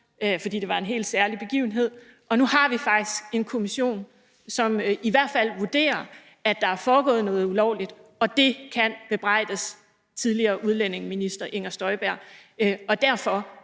fordi det var en helt særlig begivenhed, og nu har vi faktisk en kommission, som i hvert fald vurderer, at der er foregået noget ulovligt, og det kan bebrejdes tidligere udlændingeminister Inger Støjberg. Derfor